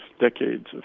decades